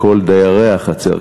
לכל דיירי החצר.